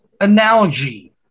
analogy